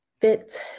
fit